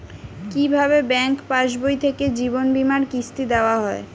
কি ভাবে ব্যাঙ্ক পাশবই থেকে জীবনবীমার কিস্তি দেওয়া হয়?